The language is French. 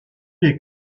les